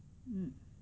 mm